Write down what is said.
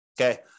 Okay